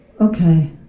Okay